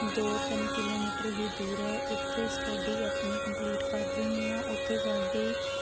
ਦੋ ਤਿੰਨ ਕਿਲੋਮੀਟਰ ਹੀ ਦੂਰ ਹੈ ਉੱਥੇ ਸਟਡੀ ਆਪਣੀ ਕੰਪਲੀਟ ਕਰ ਰਹੀ ਹਾਂ ਉੱਥੇ ਸਾਡੇ